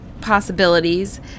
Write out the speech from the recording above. possibilities